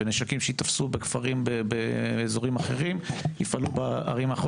ונשקים שיתפסו בכפרים באזורים אחרים, יפעלו בערים.